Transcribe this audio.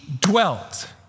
dwelt